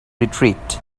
retreat